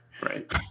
right